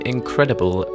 Incredible